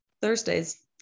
thursday's